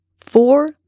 four